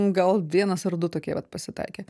gal vienas ar du tokie vat pasitaikė